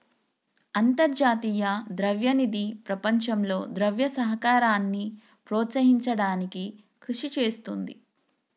అంతర్జాతీయ ద్రవ్య నిధి ప్రపంచంలో ద్రవ్య సహకారాన్ని ప్రోత్సహించడానికి కృషి చేస్తుంది